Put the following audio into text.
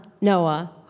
Noah